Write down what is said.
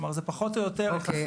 זה פחות או יותר מכסה,